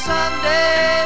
Sunday